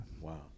Wow